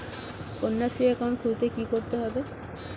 Kanyashree account খুলতে কী করতে হবে?